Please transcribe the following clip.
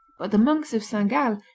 but the monks of saint-gall,